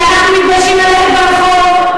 כי אנחנו מתביישים ללכת ברחוב.